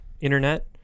internet